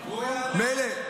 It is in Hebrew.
מילא,